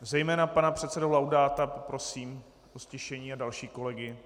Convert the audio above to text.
Zejména pana předsedu Laudáta poprosím o ztišení a další kolegy.